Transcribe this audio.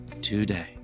today